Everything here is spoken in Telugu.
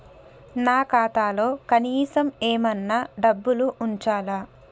నా ఖాతాలో కనీసం ఏమన్నా డబ్బులు ఉంచాలా?